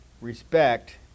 respect